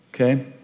okay